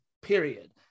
Period